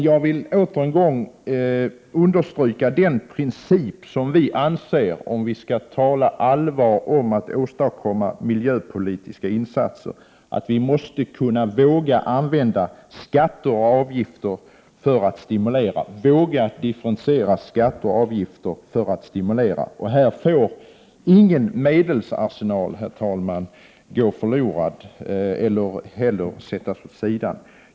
Jag vill dock åter understryka den princip centern anser vara viktig, om vi skall tala allvar när det gäller att åstadkomma miljöpolitiska insatser: Vi måste våga använda skatter och avgifter och differentiera dem för att stimulera. Här får ingen medelsarsenal gå förlorad eller sättas åt sidan.